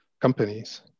companies